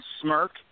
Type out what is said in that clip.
smirk